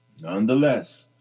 nonetheless